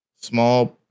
small